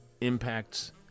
impacts